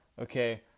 Okay